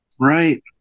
Right